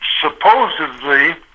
Supposedly